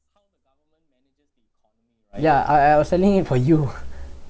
ya ya I I for you